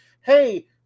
hey